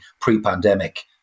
pre-pandemic